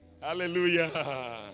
hallelujah